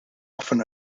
often